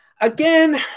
again